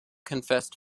confessed